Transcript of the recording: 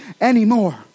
anymore